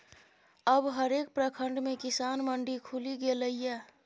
अब हरेक प्रखंड मे किसान मंडी खुलि गेलै ये